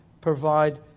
provide